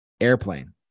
Airplane